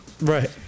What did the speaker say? right